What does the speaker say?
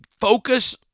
focus